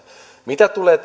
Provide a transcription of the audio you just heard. mitä tulee